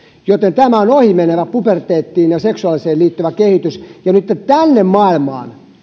joten tämä on ohimenevä puberteettiin ja seksuaalisuuteen liittyvä kehitys ja nyt tänne maailmaan